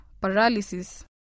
paralysis